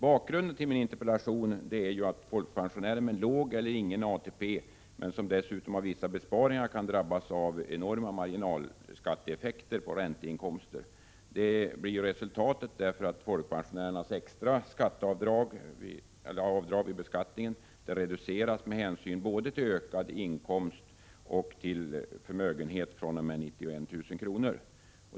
Bakgrunden till min interpellation är att folkpensionärer med låg eller ingen ATP, som dessutom har vissa besparingar kan drabbas av en enorm marginalskatteeffekt på ränteinkomster. Detta blir resultatet därför att folkpensionärernas extra avdrag vid beskattningen reduceras med hänsyn till både ökande inkomst och förmögenhet fr.o.m. 91 000 kr.